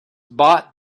bought